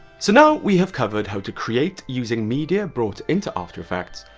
so now we have covered how to create using media brought into after effects,